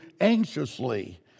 anxiously